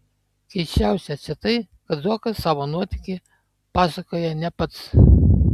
keisčiausia čia tai kad zuokas savo nuotykį pasakoja ne pats